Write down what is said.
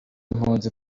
mpunzi